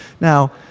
Now